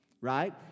right